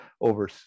over